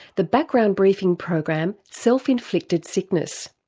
the background briefing program self inflicted sickness.